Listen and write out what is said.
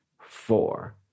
four